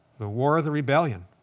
the war of the rebellion.